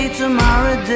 tomorrow